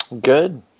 Good